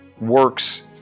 works